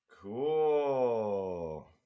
Cool